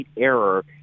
error